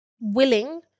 willing